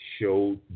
show